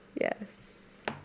Yes